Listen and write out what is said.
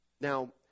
now